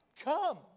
come